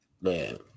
Man